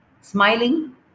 smiling